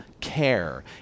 care